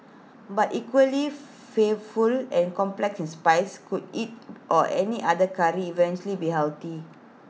but equally fear full and complex in spice could IT or any other Curry eventually be healthy